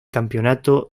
campeonato